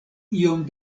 iom